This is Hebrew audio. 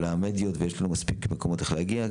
יש לנו מספיק דרכים להגיע לציבור הזה.